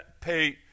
pay